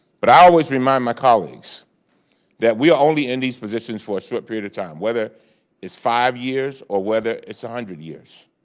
but i always remind my colleagues that we are only in these positions for a short period of time, whether it's five years or whether it's one hundred years.